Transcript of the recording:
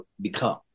become